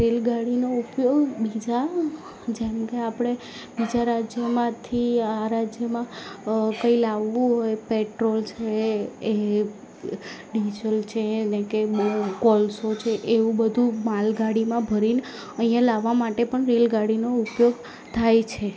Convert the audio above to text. રેલગાડીનો ઉપયોગ બીજા જેમકે આપણે બીજા રાજયોમાંથી આ રાજ્યમાં કંઇ લાવવું હોય પેટ્રોલ છે એ ડીઝલ છે અને કોલસો છે એવું બધું માલ ગાડીમાં ભરીને અઇયાં લાવા માટે પણ રેલગાડીનો ઉપયોગ થાય છે